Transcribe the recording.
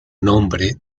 nombre